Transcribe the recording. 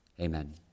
Amen